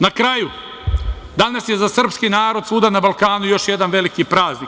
Na kraju, danas je za srpski narod svuda na Balkanu još jedan veliki praznik.